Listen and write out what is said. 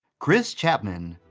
chris chapman,